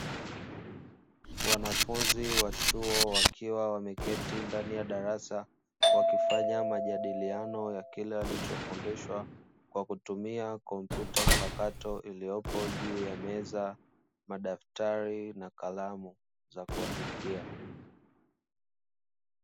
Wanafunzi wa chuo wakiwa wameketi ndani ya darasa wakifanya majadiliano ya kile walichofundishwa kwa kutumia kompyuta mpakato iliopo juu ya meza, madaftari na kalamu za kuandikia.